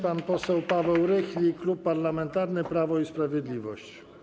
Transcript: Pan poseł Paweł Rychlik, Klub Parlamentarny Prawo i Sprawiedliwość.